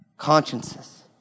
Consciences